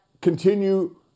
continue